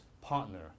partner